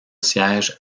siège